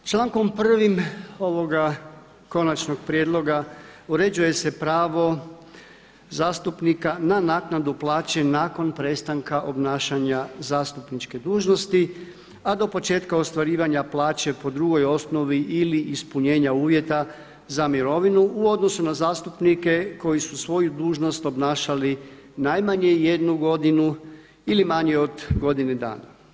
Člankom 1. ovoga konačnog prijedloga uređuje se pravo zastupnika na naknadu plaće nakon prestanka obnašanja zastupniče dužnosti, a do početka ostvarivanja plaće po drugoj osnovi ili ispunjenja uvjeta za mirovinu u odnosu na zastupnike koji su svoju dužnost obnašali najmanje jednu godinu ili manje od godine dana.